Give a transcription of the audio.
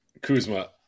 Kuzma